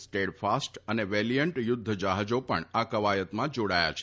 Steadfast તથા Valiant યુદ્રજફાજા પણ આ કવાયતમાં જાડાથા છે